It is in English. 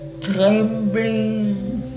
trembling